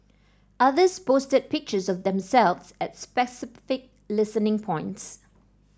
others posted pictures of themselves at specific listening points